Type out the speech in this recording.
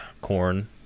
corn